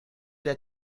der